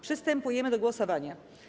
Przystępujemy do głosowania.